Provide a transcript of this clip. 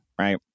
right